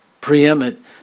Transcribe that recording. preeminent